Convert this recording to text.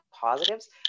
positives